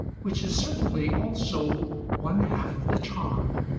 which is certainly also one half of the charm,